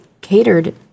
catered